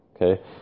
Okay